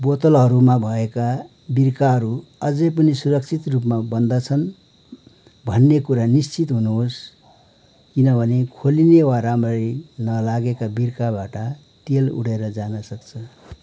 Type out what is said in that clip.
बोतलहरूमा भएका बिर्काहरू अझै पनि सुरक्षित रूपमा बन्द छन् भन्ने कुरा निश्चित हुनुहोस् किनभने खोलिने वा राम्ररी नलागेका बिर्काबाट तेल उडेर जान सक्छ